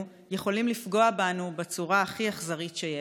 יכולים לפגוע בנו בצורה הכי אכזרית שיש?